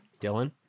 Dylan